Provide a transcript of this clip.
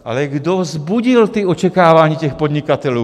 Ale kdo vzbudil ta očekávání těch podnikatelů?